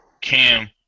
Cam